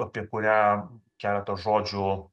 apie kurią keletą žodžių